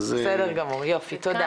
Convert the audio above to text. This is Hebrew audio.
בסדר גמור, יופי תודה.